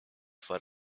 for